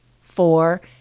four